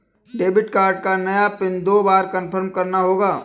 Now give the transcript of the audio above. debit card का नया PIN दो बार कन्फर्म करना होगा